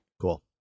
Cool